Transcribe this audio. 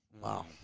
Wow